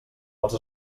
els